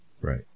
Right